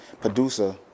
producer